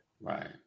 Right